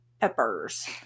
peppers